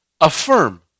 affirm